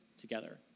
together